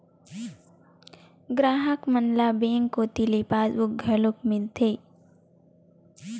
गराहक मन ल बेंक कोती ले पासबुक घलोक मिलथे